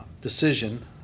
decision